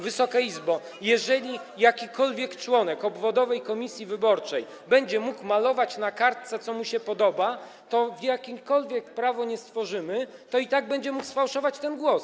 Wysoka Izbo, jeżeli jakikolwiek członek obwodowej komisji wyborczej będzie mógł malować na kartce, co mu się podoba, to jakiekolwiek prawo stworzymy, i tak będzie mógł sfałszować ten głos.